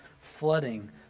flooding